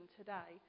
today